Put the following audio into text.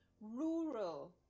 rural